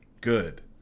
good